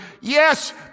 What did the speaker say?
Yes